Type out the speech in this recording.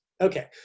Okay